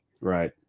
Right